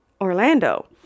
Orlando